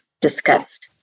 discussed